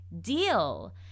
deal